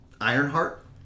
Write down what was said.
Ironheart